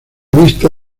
vista